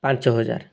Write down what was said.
ପାଞ୍ଚ ହଜାର